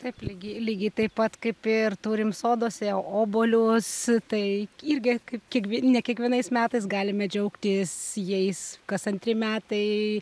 taip lygiai lygiai taip pat kaip ir turim soduose obuoliuos tai irgi kaip kiekvien ne kiekvienais metais galime džiaugtis jais kas antri metai